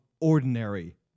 ordinary